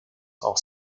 auch